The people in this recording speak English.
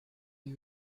you